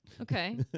Okay